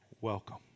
welcome